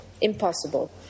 impossible